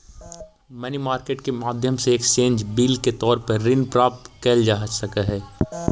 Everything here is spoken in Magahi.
मनी मार्केट के माध्यम से एक्सचेंज बिल के तौर पर ऋण प्राप्त कैल जा सकऽ हई